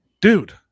dude